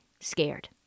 scared